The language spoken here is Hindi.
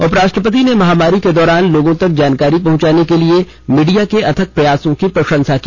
उपराष्ट्रपति ने महामारी के दौरान लोगों तक जानकारी पहंचाने के लिए मीडिया के अथक प्रयासों की प्रशंसा की